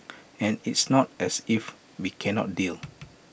and it's not as if we cannot deal